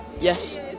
Yes